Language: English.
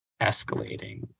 escalating